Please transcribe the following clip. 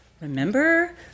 Remember